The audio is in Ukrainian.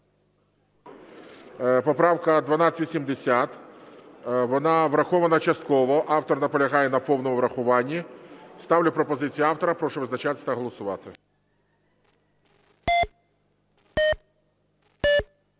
Поправка 1280. Вона врахована частково. Автор наполягає на повному врахуванні. Ставлю пропозицію автора. Прошу визначатись та голосувати.